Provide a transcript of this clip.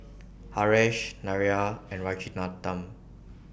Haresh Narayana and Rajaratnam